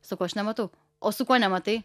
sakau aš nematau o su kuo nematai